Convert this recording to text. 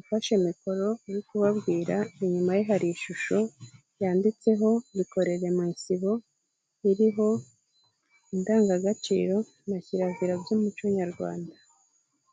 ufashe mikoro uri kubabwira, inyuma ye hari ishusho yanditseho bikore mu isibo, iriho indangagaciro na kirazira by'umuco nyarwanda.